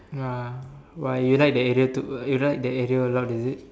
ya why you like the area too you like the area a lot is it